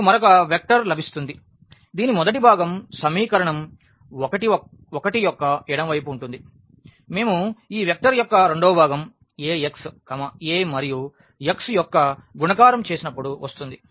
మనకు మరొక వెక్టర్ లభిస్తుంది కాబట్టి దీని మొదటి భాగం సమీకరణం 1 యొక్క ఎడమ వైపు ఉంటుంది మేము ఈ వెక్టర్ యొక్క రెండవ భాగం Ax A మరియు xయొక్క గుణకారం చేసినప్పుడు వస్తుంది